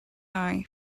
eye